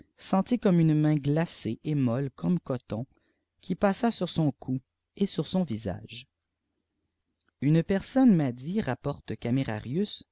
sentit comme une main glacée et molle comme coton qui passa sur on cou et sur son visage une personne m'a dit rapporte